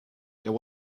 there